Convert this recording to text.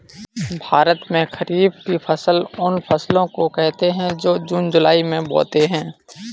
भारत में खरीफ की फसल उन फसलों को कहते है जो जून जुलाई में बोते है